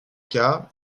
cas